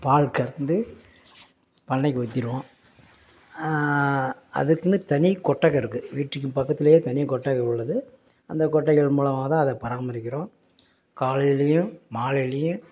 பால் கறந்து பண்ணைக்கு ஊற்றிடுவோம் அதுக்குன்னு தனி கொட்டகை இருக்குது வீட்டுக்கு பக்கத்துலேயே தனி கொட்டகை உள்ளது அந்த கொட்டைகள் மூலமாக தான் அதை பராமரிக்கிறோம் காலையிலேயும் மாலையிலேயும்